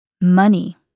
Money